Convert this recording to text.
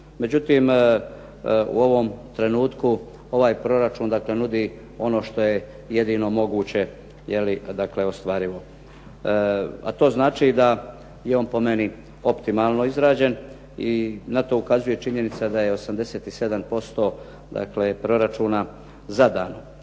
Međutim, u ovom trenutku ovaj proračun, dakle nudi ono što je jedino moguće, dakle ostvarivo. A to znači da je on po meni optimalno izrađen i na to ukazuje činjenica da je 87% dakle proračuna zadano,